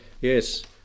yes